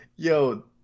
Yo